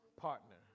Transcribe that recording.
partner